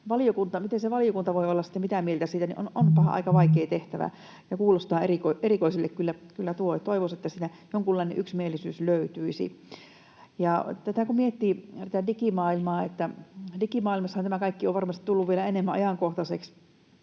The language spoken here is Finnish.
Miten se valiokunta voi olla sitten mitään mieltä siitä — onpahan aika vaikea tehtävä, ja kuulostaa erikoiselta kyllä tuo. Toivoisi, että siitä jonkunlainen yksimielisyys löytyisi. Kun miettii tätä digimaailmaa, niin digimaailmassahan tämä kaikki on varmasti tullut vielä enemmän ajankohtaiseksi,